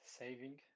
saving